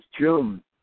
June